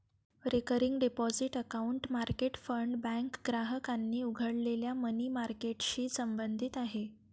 recurring deposit account market fund bank ग्राहकांनी उघडलेल्या money मार्केटशी संबंधित आहे